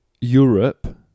Europe